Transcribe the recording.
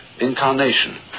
Incarnation